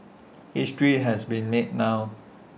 history has been made now